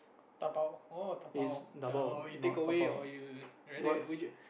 dabao oh dabao you take away or you rather would you